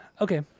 okay